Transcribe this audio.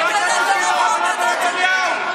קריאה שלישית, נא לצאת.